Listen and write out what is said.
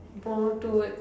more towards